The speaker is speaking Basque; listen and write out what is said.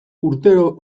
urtero